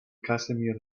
casimir